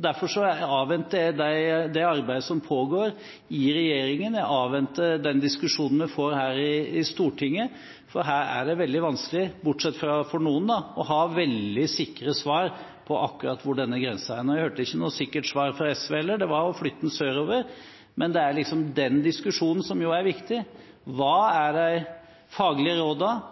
Derfor avventer jeg det arbeidet som pågår i regjeringen, og jeg avventer den diskusjonen vi får her i Stortinget, for her er det veldig vanskelig – bortsett fra for noen – å ha veldig sikre svar på akkurat hvor denne grensen er. Jeg hørte ikke noe sikkert svar fra SV heller, men det var å flytte den sørover. Det er liksom den diskusjonen som er viktig. Hva er de faglige